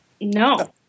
No